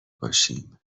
باشیم